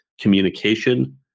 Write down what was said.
communication